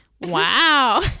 Wow